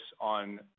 on